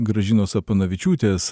gražinos apanavičiūtės